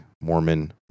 Mormon